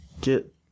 get